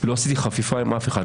לא עשיתי חפיפה עם אף אחד.